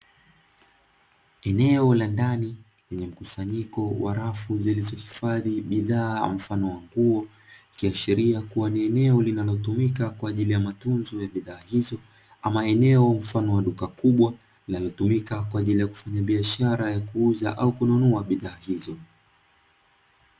Eneo la ndani lenye mkusanyiko wa rafu zilizohifadhi bidhaa mfano wa nguo ikiashiria kuwa ni eneo linalotumika kwaajili ya matunzo ya bidhaa hizo, ama eneo mfano wa duka kubwa linalotumika kwaajili ya kufanya biashara ya kuuza au kununua bidhaa hizo.